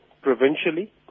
provincially